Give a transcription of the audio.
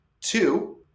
Two